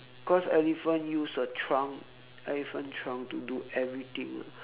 cause elephant use the trunk elephant trunk to do everything ah